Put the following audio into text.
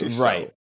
Right